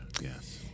yes